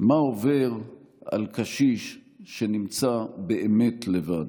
מה עובר על קשיש שנמצא באמת לבד.